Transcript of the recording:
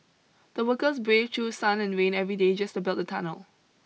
the workers braved through sun and rain every day just to build the tunnel